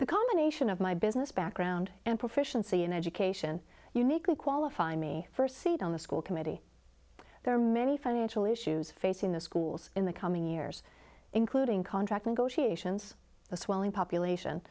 the combination of my business background and proficiency in education uniquely qualified me first seat on the school committee there are many financial issues facing the schools in the coming years including contract negotiations the swelling population